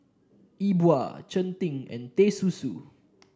E Bua Cheng Tng and Teh Susu